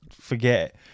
forget